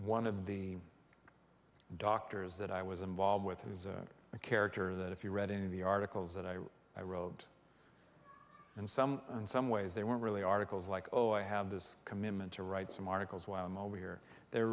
one of the doctors that i was involved with it was a character that if you read any of the articles that i wrote i wrote and some in some ways they weren't really articles like oh i have this commitment to write some articles while i'm over here they're